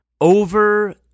over